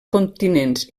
continents